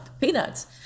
Peanuts